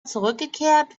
zurückgekehrt